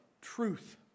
truth